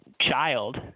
child